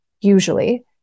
usually